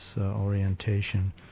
orientation